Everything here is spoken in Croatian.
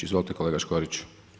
Izvolite kolega Škorić.